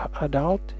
adult